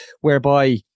whereby